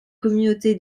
communauté